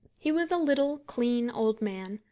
he was a little, clean, old man,